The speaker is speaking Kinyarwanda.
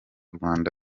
rwanda